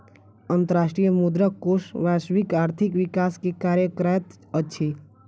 अंतर्राष्ट्रीय मुद्रा कोष वैश्विक आर्थिक विकास के कार्य करैत अछि